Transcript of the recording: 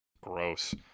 Gross